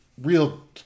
real